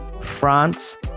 france